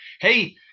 Hey